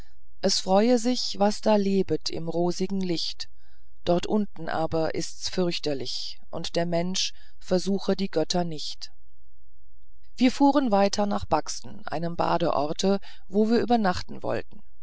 es freue sich was da lebet im rosigen licht dort unten aber ist's fürchterlich und der mensch versuche die götter nicht wir fuhren weiter nach buxton einem badeorte wo wir übernachten wollten